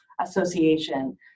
association